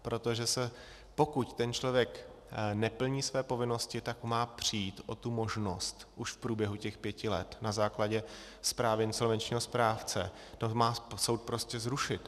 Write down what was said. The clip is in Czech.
Protože pokud ten člověk neplní své povinnosti, tak má přijít o tu možnost, už v průběhu těch pěti let na základě zprávy insolvenčního správce to má soud prostě zrušit.